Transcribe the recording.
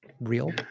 real